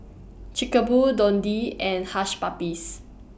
Chic Boo Dundee and Hush Puppies